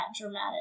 dramatic